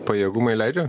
pajėgumai leidžia